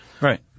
Right